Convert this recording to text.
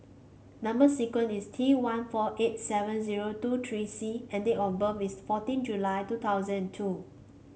number sequence is T one four eight seven zero two three C and date of birth is fourteen July two thousand and two